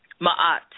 Ma'at